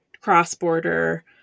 cross-border